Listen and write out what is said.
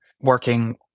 working